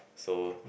so